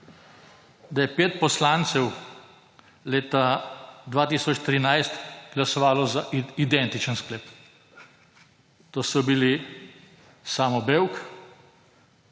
da je pet poslancev leta 2013 glasovalo za identičen sklep. To so bili Samo Bevk,